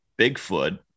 Bigfoot